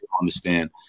understand